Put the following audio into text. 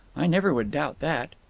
i never would doubt that.